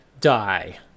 die